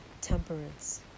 temperance